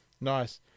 nice